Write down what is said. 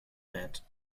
net